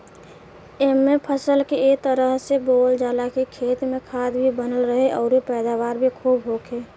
एइमे फसल के ए तरह से बोअल जाला की खेत में खाद भी बनल रहे अउरी पैदावार भी खुब होखे